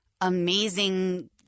amazing